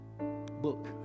book